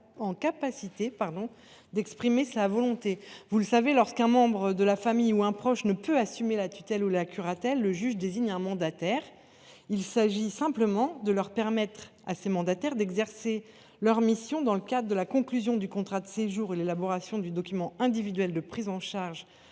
en mesure d’exprimer sa volonté. Lorsqu’un membre de la famille ou un proche ne peut assumer la tutelle ou la curatelle, le juge désigne un mandataire. Cet amendement vise simplement à permettre à ces mandataires d’exercer leurs missions dans le cadre de la conclusion du contrat de séjour et l’élaboration du document individuel de prise en charge